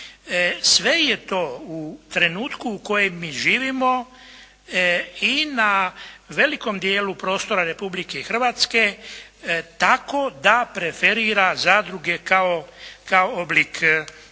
Sve je to u trenutku u kojem mi živimo i na velikom dijelu prostora Republike Hrvatske tako da preferira zadruge kao oblik